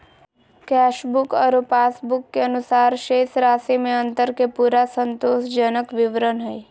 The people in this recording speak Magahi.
कैशबुक आरो पास बुक के अनुसार शेष राशि में अंतर के पूरा संतोषजनक विवरण हइ